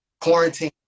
quarantine